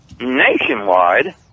nationwide